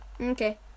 Okay